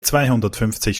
zweihundertfünfzig